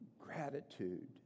gratitude